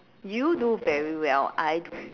you do very well I do